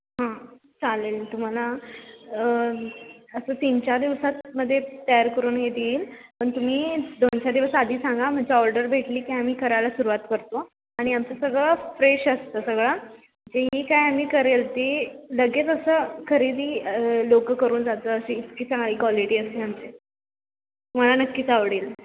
हां चालेल तुम्हाला असं तीन चार दिवसात मध्ये तयार करून मी देईल पण तुम्ही दोन चार दिवस आधी सांगा म्हणजे ऑर्डर भेटली की आम्ही करायला सुरुवात करतो आणि आमचं सगळं फ्रेश असतं सगळं जे ही काय आम्ही करेल ते लगेच असं खरेदी लोक करून जातात अशी इतकी चांगली क्वालिटी असते आमची तुम्हाला नक्कीच आवडेल